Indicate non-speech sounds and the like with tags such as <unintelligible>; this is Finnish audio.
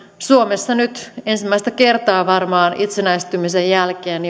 suomessa nyt ensimmäistä kertaa varmaan itsenäistymisen jälkeen <unintelligible>